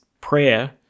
prayer